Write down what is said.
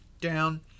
down